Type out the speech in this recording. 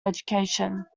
education